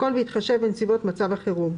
הכול בהתחשב בנסיבות מצב החירום,